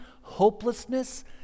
hopelessness